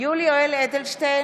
יולי יואל אדלשטיין,